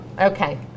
okay